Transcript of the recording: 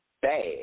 bad